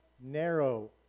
narrow